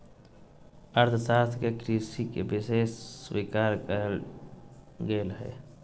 अर्थशास्त्र में कृषि के विशेष स्वीकार कइल गेल हइ